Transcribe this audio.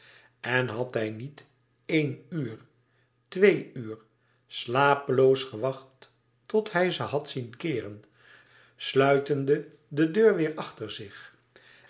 en had hij niet éen uur twee uur slapeloos gewacht tot hij ze had zien keeren sluitende de deur weêr achter zich